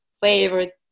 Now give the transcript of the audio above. favorite